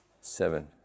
Seven